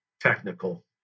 technical